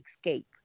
escape